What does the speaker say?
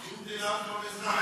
זו מדינת כל אזרחיה.